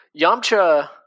Yamcha